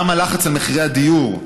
גם הלחץ במחירי הדיור,